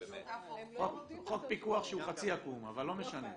חוק פיקוח שהוא חצי עקום, אבל לא משנה.